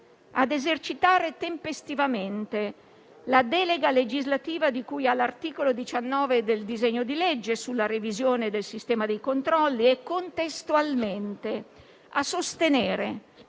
ad esercitare tempestivamente la delega legislativa di cui all'articolo 19 del disegno di legge sulla revisione del sistema dei controlli e, contestualmente, a sostenere